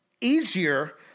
easier